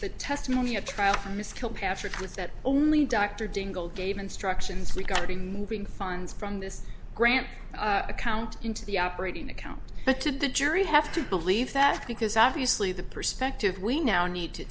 the testimony a trial for ms kilpatrick was that only dr dingell gave instructions regarding moving funds from this grant account into the operating account but to the jury have to believe that because obviously the perspective we now need to